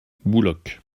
bouloc